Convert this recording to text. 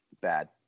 Bad